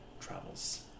travels